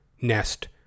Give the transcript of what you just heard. nest